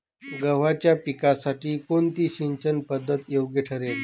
गव्हाच्या पिकासाठी कोणती सिंचन पद्धत योग्य ठरेल?